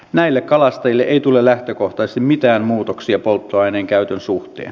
näille kalastajille ei tule lähtökohtaisesti mitään muutoksia polttoaineen käytön suhteen